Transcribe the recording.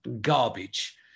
garbage